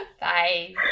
Bye